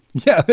yeah.